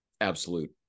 absolute